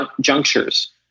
junctures